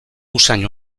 usain